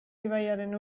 ibaiaren